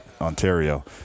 Ontario